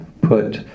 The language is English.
put